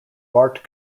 bart